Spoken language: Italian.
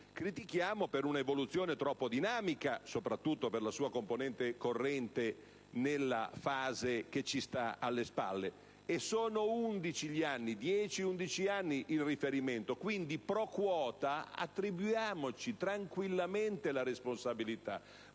critichiamo per un'evoluzione troppo dinamica, soprattutto per la sua componente corrente, nella fase che ci sta alle spalle. E sono 10-11 gli anni cui si fa riferimento, quindi *pro quota* attribuiamoci tranquillamente la responsabilità,